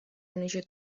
menuju